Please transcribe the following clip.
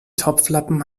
topflappen